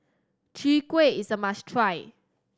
Chwee Kueh is a must try